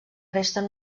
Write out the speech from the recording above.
resten